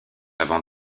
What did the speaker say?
avant